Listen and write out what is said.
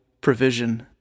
provision